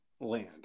land